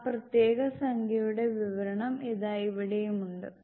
ആ പ്രത്യേക സംഖ്യയുടെ വിവരണം ഇതാ ഇവിടെയും ഉണ്ട്